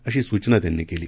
अशी सूचना त्यांनी केली